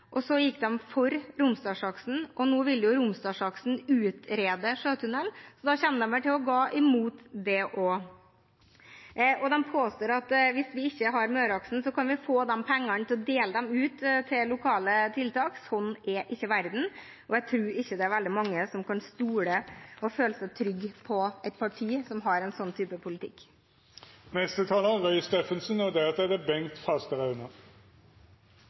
og så gikk de for Romsdalsaksen. Nå vil Romsdalsaksen utrede sjøtunnel, så da kommer de vel til å gå imot det også. De påstår at hvis vi ikke har Møreaksen, kan vi få de pengene til å dele ut til lokale tiltak. Sånn er ikke verden, og jeg tror ikke det er veldig mange som kan stole på og føle seg trygg på et parti som har en sånn type politikk. Den 23. april deltok jeg i et digitalt møte med flere ordførere på Nord-Jæren og